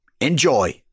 Enjoy